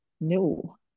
no